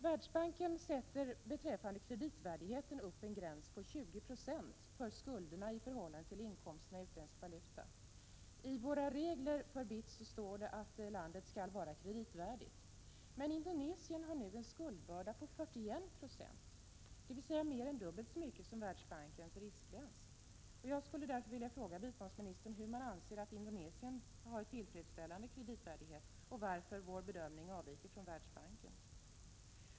Världsbanken sätter beträffande kreditvärdigheten upp en gräns på 20 96 för skulderna i förhållande till inkomsterna i utländsk valuta. I våra regler för BITS står att landet skall vara kreditvärdigt. Men Indonesien har nu en skuldbörda på 41 26, dvs. mer än dubbelt så mycket som Världsbankens riskgräns. Jag skulle därför vilja fråga biståndsministern hur man kan anse att Indonesien har tillfredsställande kreditvärdighet, och varför vår bedömning avviker från Världsbankens.